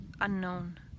unknown